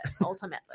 ultimately